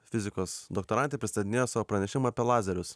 fizikos doktorantė ji pristatinėjo savo pranešimą apie lazerius